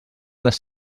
les